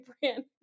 brand